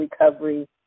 recovery